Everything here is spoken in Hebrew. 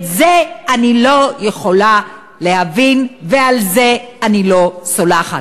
את זה אני לא יכולה להבין, ועל זה אני לא סולחת.